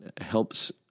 helps